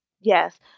Yes